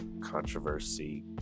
controversy